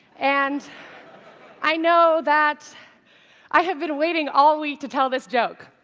and i know that i have been waiting all week to tell this joke.